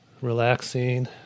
relaxing